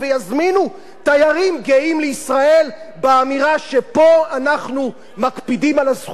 גאים לישראל באמירה שפה אנחנו מקפידים על הזכויות ופה יש שוויון מלא,